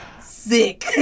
sick